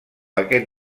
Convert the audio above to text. aquest